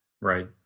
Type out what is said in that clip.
Right